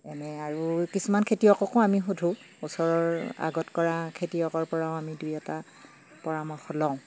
এনেই আৰু কিছুমান খেতিয়ককো আমি সুধোঁ ওচৰৰ আগত কৰা খেতিয়কৰ পৰাও আমি দুই এটা পৰামৰ্শ লওঁ